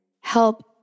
help